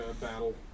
battle